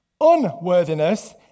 Unworthiness